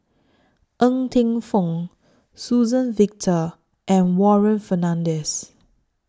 Ng Teng Fong Suzann Victor and Warren Fernandez